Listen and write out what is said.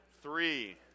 three